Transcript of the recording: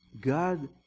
God